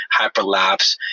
Hyperlapse